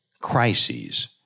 crises